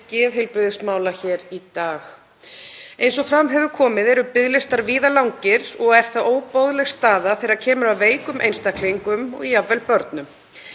geðheilbrigðismála hér í dag. Eins og fram hefur komið eru biðlistar víða langir og er það óboðleg staða þegar kemur að veikum einstaklingum og jafnvel börnum.